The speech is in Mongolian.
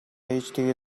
ээжтэйгээ